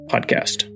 podcast